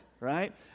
Right